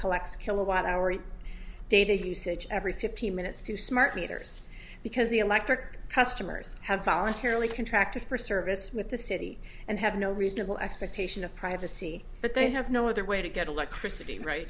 collects a kilowatt hour data usage every fifteen minutes to smart meters because the electric customers have voluntarily contract for service with the city and have no reasonable expectation of privacy but they have no other way to get electricity right